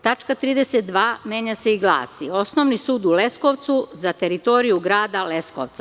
Tačka 32) menja se i glasi – Osnovni sud u Leskovcu za teritoriju grada Leskovca.